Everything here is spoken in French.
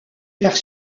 perd